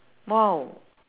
!wow!